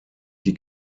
die